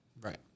right